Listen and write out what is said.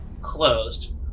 closed